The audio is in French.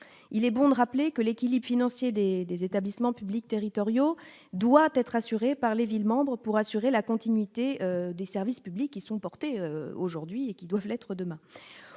il est bon de rappeler que les. Philippe financier des établissements publics territoriaux doit être assurée par les villes membres pour assurer la continuité des services publics qui sont portés aujourd'hui et qui doivent l'être demain